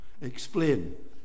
Explain